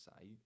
say